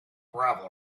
gravel